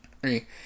Three